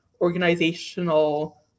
organizational